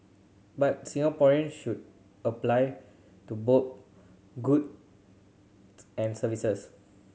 buy Singaporean should apply to both goods and services